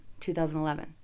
2011